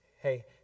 Hey